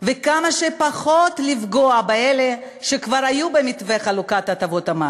וכמה שפחות לפגוע באלה שכבר היו במתווה חלוקת הטבות המס.